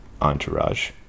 entourage